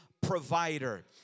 provider